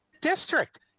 district